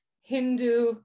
Hindu